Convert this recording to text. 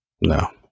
No